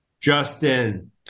Justin